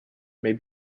may